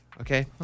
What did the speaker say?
Okay